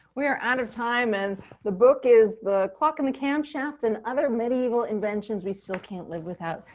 we are out of time and the book is the clock and the camshaft and other medieval inventions we still can't live without.